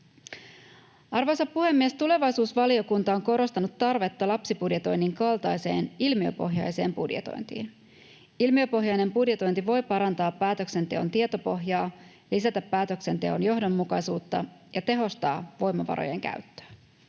Arvoisa puhemies! Tulevaisuusvaliokunta on korostanut tarvetta lapsibudjetoinnin kaltaiseen ilmiöpohjaiseen budjetointiin. Ilmiöpohjainen budjetointi voi parantaa päätöksenteon tietopohjaa, lisätä päätöksenteon johdonmukaisuutta ja tehostaa voimavarojen käyttöä.